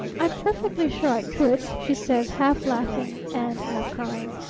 i'm perfectly sure i could she says, half laughing and half crying.